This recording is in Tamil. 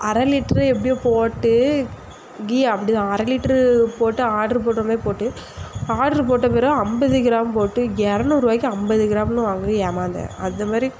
அரைலிட்ரு எப்படியோ போட்டு கீ அப்படி தான் அரைலிட்ரு போட்டு ஆர்ட்ரு போட்றமாரி போட்டு ஆர்ட்ரு போட்ட பிறகு ஐம்பது கிராம் போட்டு இரநூறுவாய்க்கி ஐம்பது கிராம்ன்னு வாங்கி ஏமாந்தேன் அந்தமாதிரி